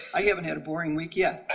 i haven't had a boring week, yet.